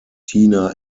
tina